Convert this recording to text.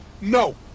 no